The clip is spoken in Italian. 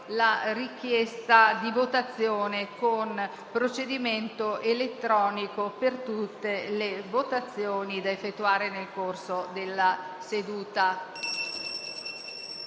la richiesta di votazione con procedimento elettronico per tutte le votazioni da effettuare nel corso della seduta.